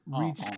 reach